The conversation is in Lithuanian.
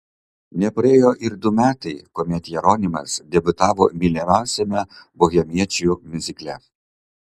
nepraėjo ir du metai kuomet jeronimas debiutavo mylimiausiame bohemiečių miuzikle